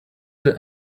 that